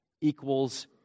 equals